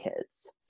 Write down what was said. kids